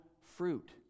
fruit